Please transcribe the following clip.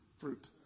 fruit